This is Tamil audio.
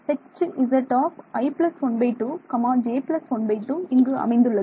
Hzi 12 j 12 இங்கு அமைந்துள்ளது